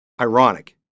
ironic